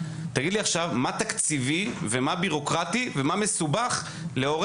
תגיד לי עכשיו מה תקציבי ומה בירוקרטי ומה מסובך להורה